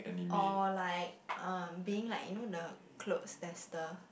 or like um being like you know the clothes tester